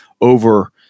over